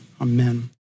Amen